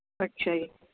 ਅੱਛਾ ਜੀ